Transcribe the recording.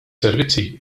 servizzi